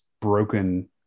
broken